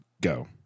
go